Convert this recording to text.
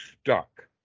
stuck